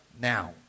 now